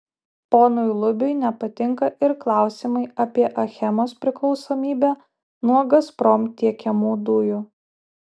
ponui lubiui nepatinka ir klausimai apie achemos priklausomybę nuo gazprom tiekiamų dujų